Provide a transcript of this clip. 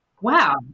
Wow